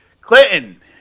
Clinton